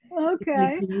Okay